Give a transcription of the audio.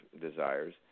desires